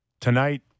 tonight